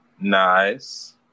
Nice